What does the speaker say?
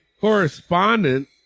correspondent